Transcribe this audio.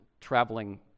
traveling